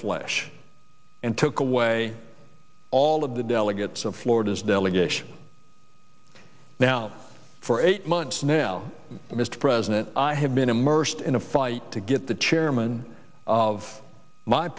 flesh and took away all of the delegates of florida's delegation now for eight months now mr president i have been immersed in a fight to get the chairman of my